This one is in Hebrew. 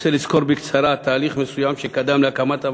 רוצה לסקור בקצרה תהליך מסוים שקדם להקמת הוועדה.